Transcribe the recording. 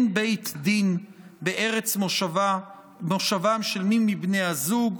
התנאי המקדמי הראשון: אין בית דין בארץ מושבם של מי מבני הזוג,